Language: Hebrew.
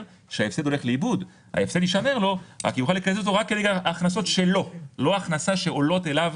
העיוות השני נוגע לאפליה בין המשקיעים בקרנות הנדל"ן לבין המשקיעים